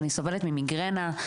אני סובלת ממיגרנה.